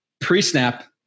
pre-snap